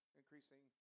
increasing